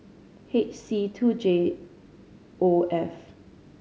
H C two J O F